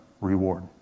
reward